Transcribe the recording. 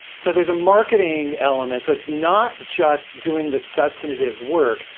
so there's a marketing element, so it's not just doing the substantive work,